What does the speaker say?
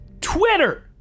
twitter